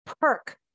perk